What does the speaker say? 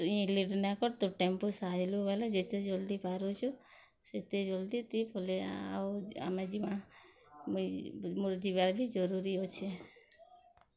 ତୁଇ ଲେଟ୍ ନାଇଁ କର୍ ତୋର୍ ଟେମ୍ପୁ ସାରିଲୁ ବଲେ ଯେତେ ଜଲଦି ପାରୁଛୁ ସେତେ ଜଲଦି ତୁଇ ପଲେଇ ଆ ଆଉ ଆମେ ଯିମା ମୁଇଁ ମୋର୍ ଯିବା ବି ଜରୁରୀ ଅଛେ